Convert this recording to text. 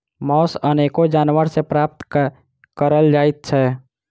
मौस अनेको जानवर सॅ प्राप्त करल जाइत छै